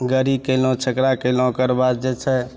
गाड़ी कएलहुँ छकरा कएलहुँ ओकरबाद जे छै